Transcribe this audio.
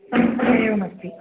एवमस्ति